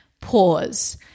pause